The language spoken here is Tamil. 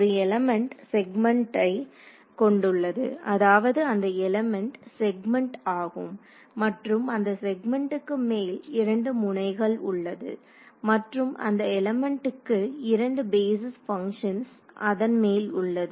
ஒரு எலிமெண்ட் செக்மென்ட்டை கொண்டுள்ளது அதாவது அந்த எலிமெண்ட் செக்மென்ட் ஆகும் மற்றும் அந்த செக்மென்ட்டுக்கு மேல் இரண்டு முனைகள் உள்ளது மற்றும் அந்த எலிமெண்ட்டுக்கு இரண்டு பேஸிஸ் பங்க்ஷன்ஸ் அதன்மேல் உள்ளது